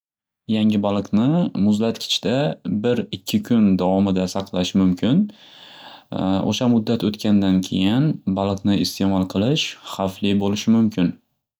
Yangi baliqni muzlatgichda bir ikki kun davomida saqlash mumkin. O'sha muddat o'tganidan keyin baliqni iste'mol qilish xavfli bo'lishi mumkin